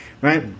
right